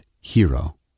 Hero